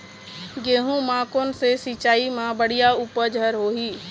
गेहूं म कोन से सिचाई म बड़िया उपज हर होही?